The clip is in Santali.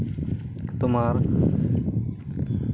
ᱛᱳᱢᱟᱨ